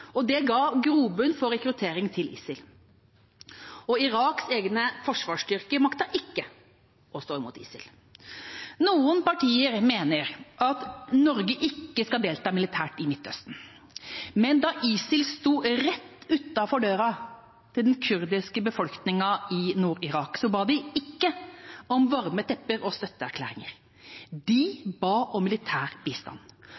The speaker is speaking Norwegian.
og det ga grobunn for rekruttering til ISIL. Iraks egne forsvarsstyrker maktet ikke å stå imot ISIL. Noen partier mener at Norge ikke skal delta militært i Midtøsten. Men da ISIL sto rett utenfor døra til den kurdiske befolkningen i Nord-Irak, ba de ikke om varme tepper og støtteerklæringer, de ba om militær bistand.